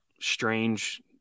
strange